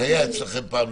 שהיה אצלכם פעם,